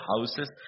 houses